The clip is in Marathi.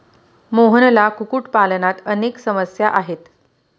मोहनला कुक्कुटपालनात अनेक समस्या येत आहेत